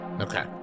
Okay